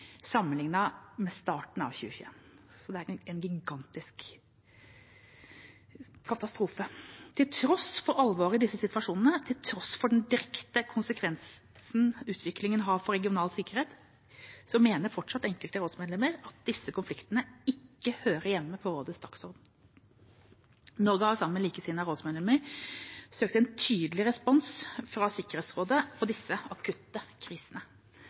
med starten av 2021. Det er en gigantisk katastrofe. Til tross for alvoret i disse situasjonene, til tross for den direkte konsekvensen utviklingen har for regional sikkerhet, mener fortsatt enkelte rådsmedlemmer at disse konfliktene ikke hører hjemme på rådets dagsorden. Norge har sammen med likesinnede rådsmedlemmer søkt en tydelig respons fra Sikkerhetsrådet på disse akutte krisene.